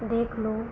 देख लो